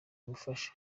ubufasha